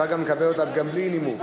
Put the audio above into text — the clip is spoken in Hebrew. אפשר לקבל את ההסתייגות גם בלי נימוק.